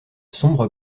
sombre